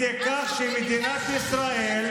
איזה כיבוש, שאתם שולחים טילים על אזרחים מפשע?